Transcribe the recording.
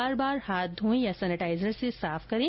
बार बार हाथ धोएं या सेनेटाइजर से साफ करें